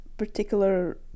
Particular